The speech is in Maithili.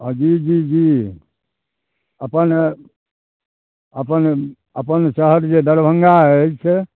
हँ जी जी जी अपन अपन अपन शहर जे दरभङ्गा अछि